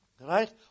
Right